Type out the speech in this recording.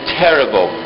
terrible